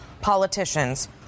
politicians